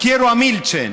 קיירו אה מילצ'ן.